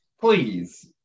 please